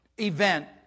event